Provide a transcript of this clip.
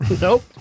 Nope